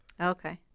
Okay